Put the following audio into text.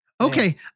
Okay